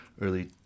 early